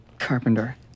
Carpenter